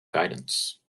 guidance